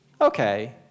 okay